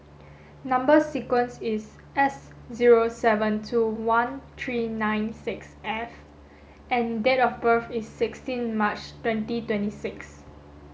number sequence is S zero seven two one three nine six F and date of birth is sixteen March twenty twenty six